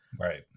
Right